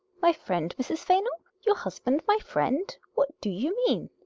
my friend, mrs. fainall? your husband my friend, what do you mean?